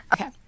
Okay